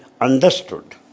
understood